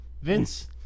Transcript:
Vince